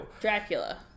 dracula